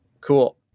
Cool